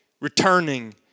returning